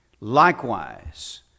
likewise